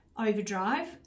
overdrive